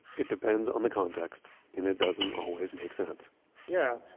it depends on the context and it doesn't always make sense yeah.